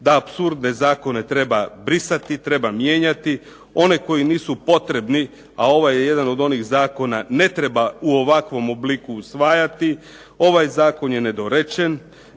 Da apsurdne zakone treba brisati, treba mijenjati. One koji nisu potrebni, a ovo je jedan od onih zakona ne treba u ovakvom obliku usvajati. Ovaj zakon je nedorečen